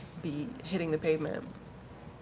be hitting the pavement.